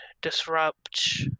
disrupt